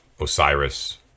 Osiris